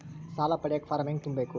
ಸಾಲ ಪಡಿಯಕ ಫಾರಂ ಹೆಂಗ ತುಂಬಬೇಕು?